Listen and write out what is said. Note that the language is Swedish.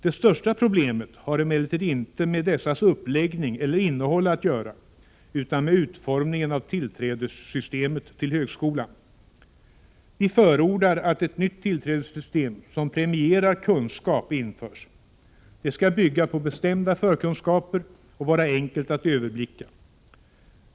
Det största problemet har emellertid inte med dessas uppläggning eller innehåll att göra utan med utformningen av tillträdessystemet till högskolan. Vi förordar att ett nytt tillträdessystem, som premierar kunskap, införs. Det skall bygga på bestämda förkunskapskrav och vara enkelt att överblicka.